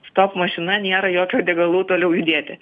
stop mašina nėra jokio degalų toliau judėti